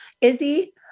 Izzy